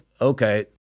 okay